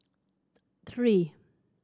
three